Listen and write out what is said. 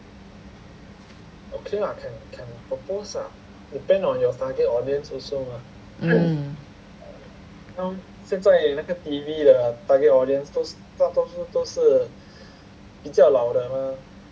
mm